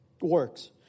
works